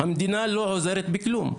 המדינה לא עוזרת בכלום,